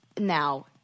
now